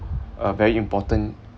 a very important